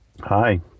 Hi